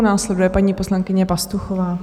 Následuje paní poslankyně Pastuchová.